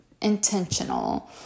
intentional